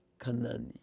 kanani